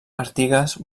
artigas